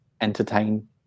entertain